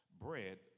bread